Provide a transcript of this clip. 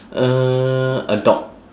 uh a dog